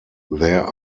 there